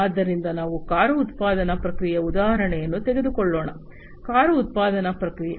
ಆದ್ದರಿಂದ ನಾವು ಕಾರು ಉತ್ಪಾದನಾ ಪ್ರಕ್ರಿಯೆಯ ಉದಾಹರಣೆಯನ್ನು ತೆಗೆದುಕೊಳ್ಳೋಣ ಕಾರು ಉತ್ಪಾದನಾ ಪ್ರಕ್ರಿಯೆ